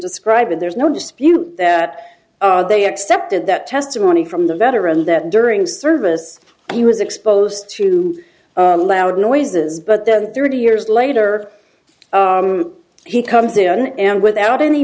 describe it there's no dispute that they accepted that testimony from the veteran that during service he was exposed to loud noises but then thirty years later he comes in and without any